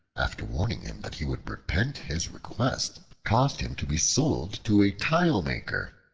after warning him that he would repent his request, caused him to be sold to a tile-maker.